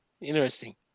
Interesting